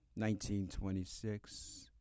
1926